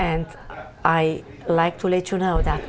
and i like to let you know that